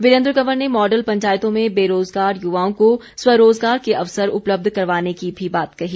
वीरेंद्र कंवर ने मॉडल पंचायतों में बेरोजगार युवाओं को स्वरोजगार के अवसर उपलब्ध करवाने की भी बात कही